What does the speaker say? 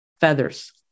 feathers